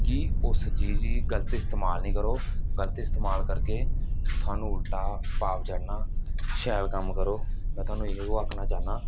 कि उस चीज गी गल्त इस्तमाल नेईं करो गल्त इस्तमाल करगे थुआनू उल्टा पाप चढ़ना शैल कम्म करो में थुआनू इ'यै आखना चाह्न्नां